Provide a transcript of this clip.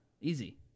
Easy